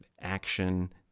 action